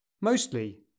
Mostly